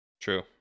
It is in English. true